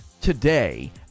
today